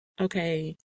okay